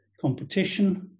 competition